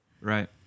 right